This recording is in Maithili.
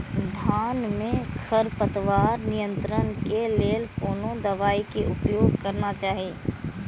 धान में खरपतवार नियंत्रण के लेल कोनो दवाई के उपयोग करना चाही?